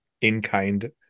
in-kind